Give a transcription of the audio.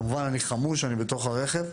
כמובן, אני חמוש, אני בתוך הרכב.